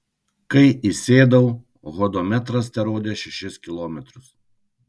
kai įsėdau hodometras terodė šešis kilometrus